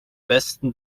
besten